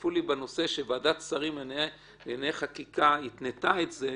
תנפנפו לי בנושא שוועדת השרים לענייני חקיקה התנתה את זה,